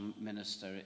minister